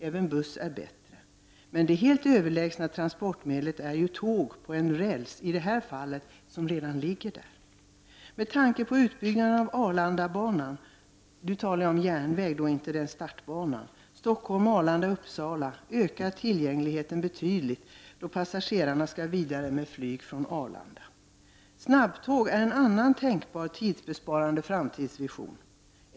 Även buss är bättre än flyg. Men det helt överlägsna transportmedlet är ju tåget, i det här fallet på räls som redan finns. Utbyggnaden av Arlandabanan — då talar jag om järnvägen och inte startbanan — Stockholm —-Arlanda—Uppsala ökar tillgängligheten betydligt för passagerarna då de skall vidare med flyg från Arlanda. Snabbtåg är en annan tänkbar tidsbesparande framtidsvision.